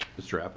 mr.